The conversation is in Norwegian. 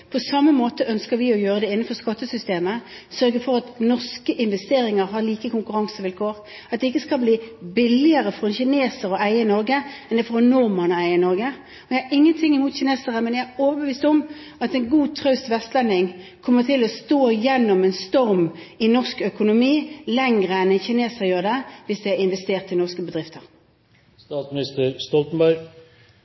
På samme måte ønsker vi å gjøre det innenfor skattesystemet, ved å sørge for at norske investeringer har like konkurransevilkår – at det ikke skal bli billigere for kinesere å eie i Norge enn det er for en nordmann å eie i Norge. Jeg har ingenting imot kinesere, men jeg er overbevist om at en god, traust vestlending kommer til å stå gjennom en storm i norsk økonomi lenger enn en kineser gjør, hvis det er investert i norske